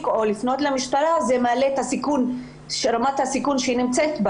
או לפנות למשטרה מעלה את רמת הסיכון שלהן.